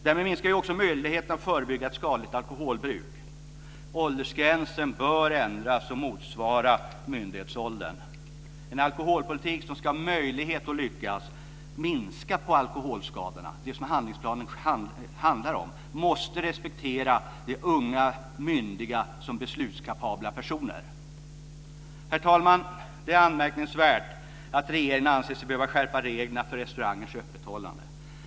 Därmed minskar också möjligheten att förebygga ett skadligt alkoholbruk. Åldersgränsen bör ändras, och motsvara myndighetsåldern. En alkoholpolitik som ska ha möjlighet att lyckas minska alkoholskadorna - det som handlingsplanen handlar om - måste respektera de unga myndiga som beslutskapabla personer. Herr talman! Det är anmärkningsvärt att regeringen anser sig behöva skärpa reglerna för restaurangers öppethållande.